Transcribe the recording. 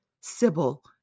Sybil